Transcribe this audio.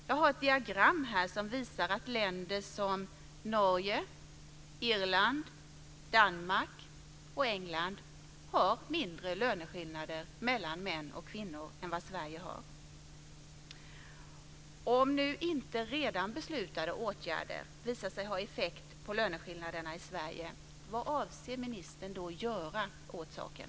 Jag har ett diagram här som visar att länder som Norge, Irland, Danmark och England har mindre löneskillnader mellan män och kvinnor än vad Sverige har. Om inte redan beslutade åtgärder visar sig ha effekt på löneskillnaderna i Sverige, vad avser ministern då göra åt saken?